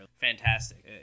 Fantastic